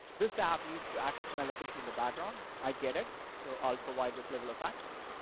this app needs to access my location in the background. i get it. so i'll provide this level of access.